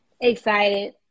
excited